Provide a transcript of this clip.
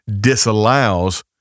disallows